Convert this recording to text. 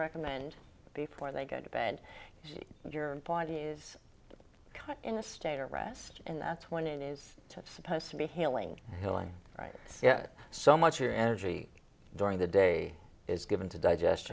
recommend before they go to bed and your body is cut in a state of rest and that's when it is supposed to be hailing healing right yet so much your energy during the day is given to digest